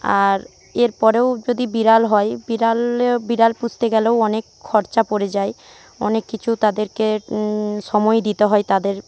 আর এরপরেও যদি বিড়াল হয় বিড়াল বিড়াল পুষতে গেলেও অনেক খরচা পরে যায় অনেক কিছু তাদেরকে সময় দিতে হয় তাদের